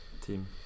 team